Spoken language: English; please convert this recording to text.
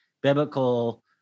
biblical